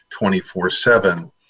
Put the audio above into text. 24-7